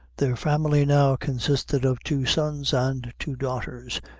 their family now consisted of two sons and two daughters,